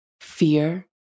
fear